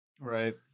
Right